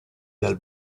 dal